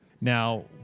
Now